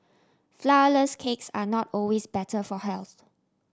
flourless cakes are not always better for health